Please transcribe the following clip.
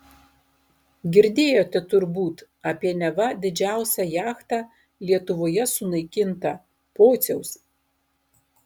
girdėjote turbūt apie neva didžiausią jachtą lietuvoje sunaikintą pociaus